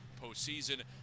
postseason